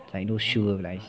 like those sugar with ice